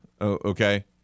Okay